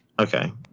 Okay